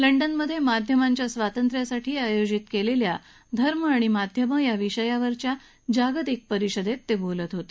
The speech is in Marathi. लंडनमधे माध्यमांच्या स्वातंत्र्यासाठी आयोजित केलेल्या धर्म आणि माध्यमं या विषयावरील जागतिक परिषदेत ते बोलत होते